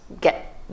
get